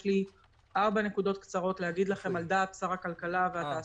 יש לי ארבע נקודות קצרות להגיד לכם על דעת שר הכלכלה והתעשייה.